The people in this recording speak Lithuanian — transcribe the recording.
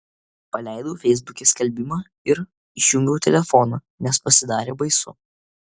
paleidau feisbuke skelbimą ir išjungiau telefoną nes pasidarė baisu